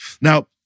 Now